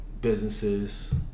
businesses